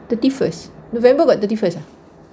thirty first november got thirty first ah